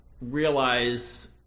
realize